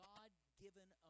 God-given